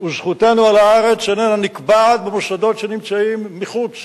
וזכותנו על הארץ איננה נקבעת במוסדות שנמצאים מחוץ